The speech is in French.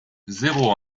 zéro